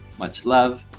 much love.